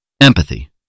Empathy